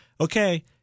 okay